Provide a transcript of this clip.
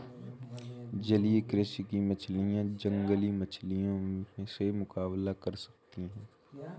जलीय कृषि की मछलियां जंगली मछलियों से मुकाबला कर सकती हैं